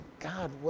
God